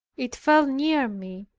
it fell near me,